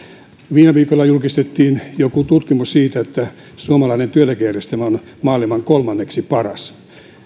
viime viikolla julkistettiin joku tutkimus siitä että suomalainen työeläkejärjestelmä on maailman kolmanneksi paras